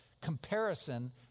Comparison